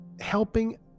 helping